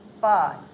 five